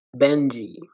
Benji